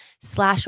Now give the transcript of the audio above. slash